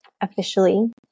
officially